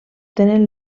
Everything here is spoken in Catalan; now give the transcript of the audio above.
tenen